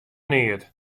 neat